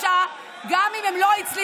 53, גם אם הם לא הצליחו,